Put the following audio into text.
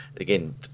Again